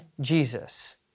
Jesus